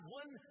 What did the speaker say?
one